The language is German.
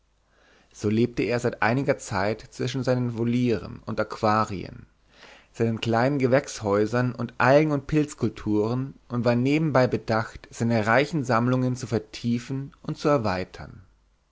so lebte er seit einiger zeit zwischen seinen volieren und aquarien seinen kleinen gewächshäusern und algen und pilzkulturen und war nebenbei bedacht seine reichen sammlungen zu vertiefen und zu erweitern